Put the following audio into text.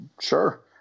sure